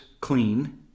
clean